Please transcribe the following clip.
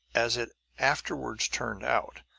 as it afterward turned out,